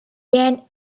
ran